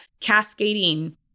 cascading